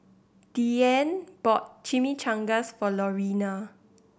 Deanne bought Chimichangas for Lorena